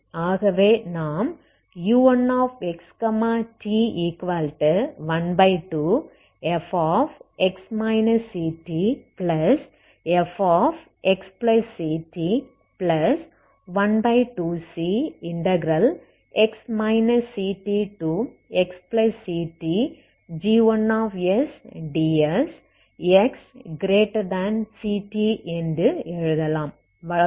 ஆகவே நாம் u1xt12fx ctfxct12cx ctxctg1sds xct என்று எழுதலாம்